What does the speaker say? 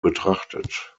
betrachtet